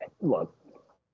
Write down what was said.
look